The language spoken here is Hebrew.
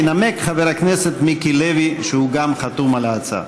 ינמק חבר הכנסת מיקי לוי, שגם הוא חתום על ההצעה.